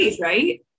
Right